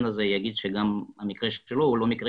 הזה יאמר שגם המקרה שלו הוא לא מקרה